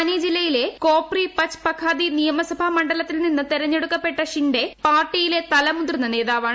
താനെ ജില്ലയിലെ കോപ്രി പച്ച്പഖാദി നിയമസഭാ മണ്ഡലത്തിൽ നിന്ന് തെരഞ്ഞെടുക്കപ്പെട്ട ഷിൻഡെ പാർട്ടിയിലെ തലമുതിർന്ന നേതാവാണ്